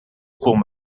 form